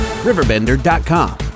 Riverbender.com